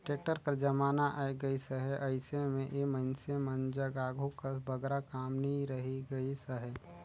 tractor कर जमाना आए गइस अहे, अइसे मे ए मइनसे मन जग आघु कस बगरा काम नी रहि गइस अहे